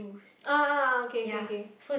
ah ah ah okay okay okay